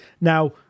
Now